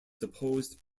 deposed